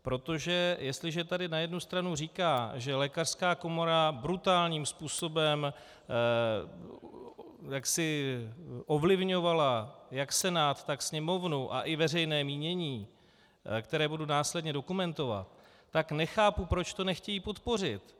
Protože jestliže tady na jednu stranu říká, že lékařská komora brutálním způsobem ovlivňovala jak Senát, tak Sněmovnu a i veřejné mínění, které budu následně dokumentovat, tak nechápu, proč to nechtějí podpořit.